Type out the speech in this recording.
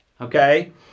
okay